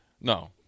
No